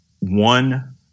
one